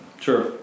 Sure